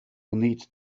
need